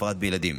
בפרט בילדים.